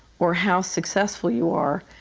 or how successful you are,